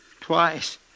twice